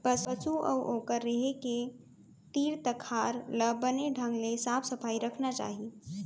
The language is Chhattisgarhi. पसु अउ ओकर रहें के तीर तखार ल बने ढंग ले साफ सफई रखना चाही